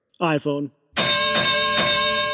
iPhone